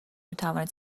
میتوانید